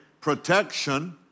protection